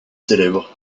célèbres